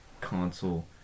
console